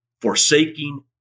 Forsaking